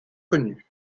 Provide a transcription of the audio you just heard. connus